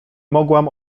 mogłam